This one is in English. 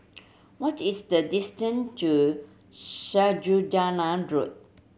what is the distant to Road